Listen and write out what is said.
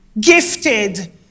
Gifted